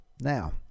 Now